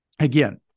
Again